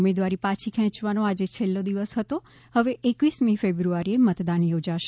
ઉમેદવારી પછી ખેંચવાનો આજે છેલ્લો દિવસ હતો હવે એકવીસમી ફેબ્રુઆરીએ મતદાન યોજાશે